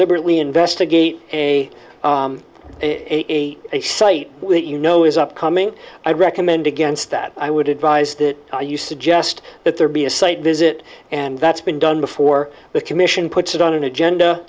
liberately investigate a a a site that you know is upcoming i recommend against that i would advise that you suggest that there be a site visit and that's been done before the commission puts it on an agenda